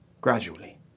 Gradually